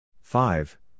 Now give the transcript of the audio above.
five